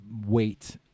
weight